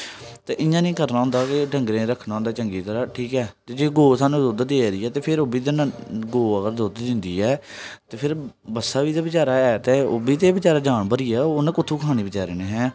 ते इ'यां निं करना होंदा कि डंगरें ई रखना होंदा चंगी तरह ठीक ऐ जे गौऽ सानूं दुद्ध देआ दी ऐ ते ओह् बी गौऽ अगर दुद्ध दिंदी ऐ ते फिर बच्छा बी ते बचारा एह् ते ओह् बी बचारा जानवर ई ऐ उ'नें कु'त्थूं खानी बचारे ने